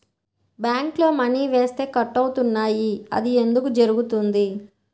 బ్యాంక్లో మని వేస్తే కట్ అవుతున్నాయి అది ఎందుకు జరుగుతోంది?